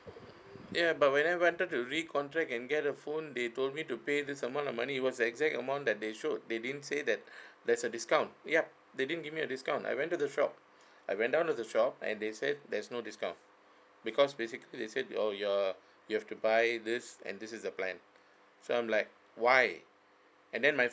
ya but when I wanted to re-contract and get a phone they told me to pay this amount of money it was exact amount that they showed they didn't say that there's a discount yup they didn't give me a discount I went to the shop I when down to the shop and they said there's no discount because basically they said oh your you have to buy this and this is the plan so I'm like why and then my